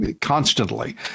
constantly